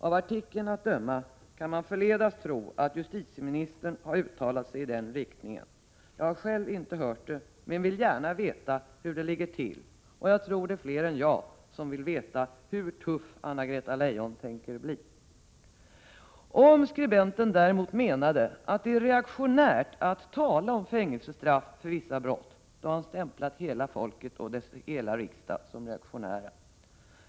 Av artikeln att döma kan man förledas tro att justitieministern har uttalat sig i den riktningen. Jag har själv inte hört det, men jag vill gärna veta hur det ligger till, och jag tror att fler än jag skulle vilja veta hur tuff Anna-Greta Leijon tänker bli. Om skribenten däremot menade att det är reaktionärt att tala om fängelsestraff för vissa brott, då har han nog stämplat hela folket och hela denna riksdag som reaktionära.